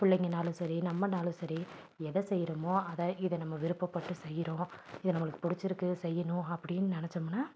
பிள்ளைங்கன்னாலும் சரி நம்மனாலும் சரி எதை செய்கிறோமோ அதை இதை நம்ம விருப்பப்பட்டு செய்கிறோம் இதை நம்மளுக்கு பிடிச்சிருக்கு செய்யணும் அப்படின்னு நினச்சோமுன்னா